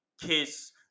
kiss